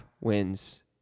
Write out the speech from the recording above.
wins